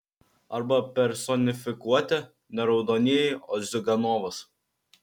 arba personifikuoti ne raudonieji o ziuganovas